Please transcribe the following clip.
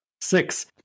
Six